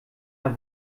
der